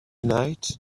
night